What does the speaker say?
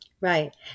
Right